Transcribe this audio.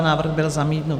Návrh byl zamítnut.